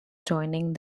joining